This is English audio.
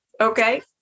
okay